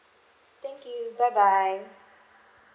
thank you bye bye